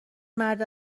مرد